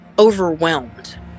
overwhelmed